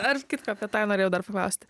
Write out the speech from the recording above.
ar kit apie tą norėjau dar paklausti